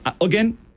again